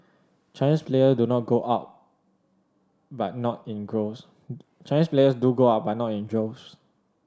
Chinese players do go out but not in groves Chinese players do go out but not in droves